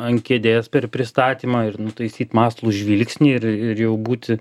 ant kėdės per pristatymą ir nutaisyt mąslų žvilgsnį ir ir jau būti